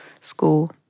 school